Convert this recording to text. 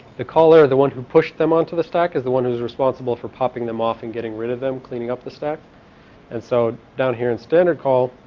the caller, the one who pushed him onto the stack, is the one who's responsible for popping them off and getting rid of them cleaning up the stack and so down here in standard call ah.